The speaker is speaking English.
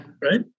Right